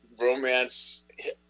romance